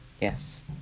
Yes